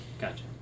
Gotcha